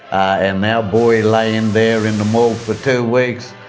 and our boy laying there in the morgue for two weeks.